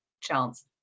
chance